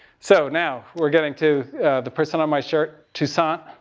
so, now, we're getting to the person on my shirt, toussaint.